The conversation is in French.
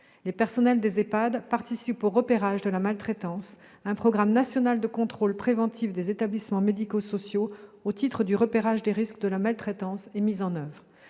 Les personnels des EHPAD participent au repérage de la maltraitance. Un programme national de contrôle préventif des établissements médico-sociaux au titre du repérage des risques de maltraitance est mis en oeuvre.